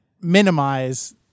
minimize